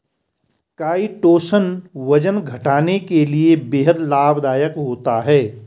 chitosan वजन घटाने के लिए बेहद लाभदायक होता है